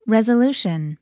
Resolution